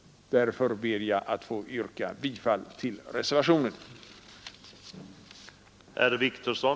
Därför ber jag att få yrka bifall till reservationen.